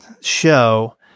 show